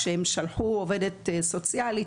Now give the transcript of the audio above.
כשהם שלחו עובדת סוציאלית,